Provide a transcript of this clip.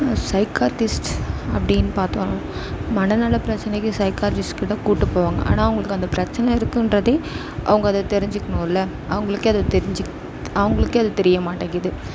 psychiatrists அப்படின்னு பார்த்தோம் மனநல பிரச்சனைக்கு சைக்கார்டிஸ்ட்கிட்ட கூட்டு போவாங்க ஆனால் அவங்களுக்கு அந்த பிரச்சனை இருக்குதுன்றதே அவங்க அதை தெரிஞ்சிக்கணும்ல அவங்களுக்கே அது தெரிஞ்சிக் அவங்களுக்கே அது தெரியமாட்டேங்கிது